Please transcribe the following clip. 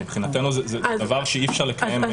מבחינתנו זה דבר שאי-אפשר לקיים --- זה